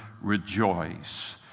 rejoice